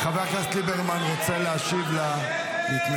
חבר הכנסת ליברמן ירצה להשיב להתנגדות.